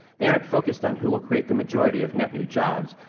they aren't focused on who will create the majority of net new jobs,